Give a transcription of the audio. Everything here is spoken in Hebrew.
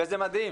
זה מדהים,